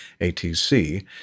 ATC